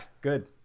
good